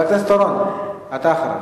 הכנסת אורון, אתה אחריו.